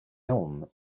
elm